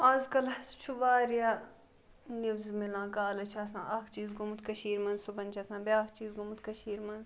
اَز کَل حظ چھُ واریاہ نیوزٕ میلان کالہٕ چھِ آسان اَکھ چیٖز گوٚمُت کٔشیٖرِ منٛز صُبحن چھُ آسان بیٛاکھ چیٖز گوٚمُت کٔشیٖرِ منٛز